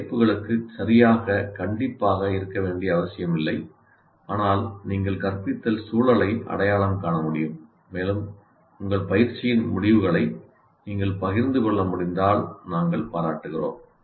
தலைப்புகளுக்கு சரியாக கண்டிப்பாக இருக்க வேண்டிய அவசியமில்லை ஆனால் நீங்கள் கற்பித்தல் சூழலை அடையாளம் காண முடியும் மேலும் உங்கள் பயிற்சியின் முடிவுகளை நீங்கள் பகிர்ந்து கொள்ள முடிந்தால் நாங்கள் பாராட்டுகிறோம்